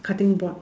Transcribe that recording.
cutting board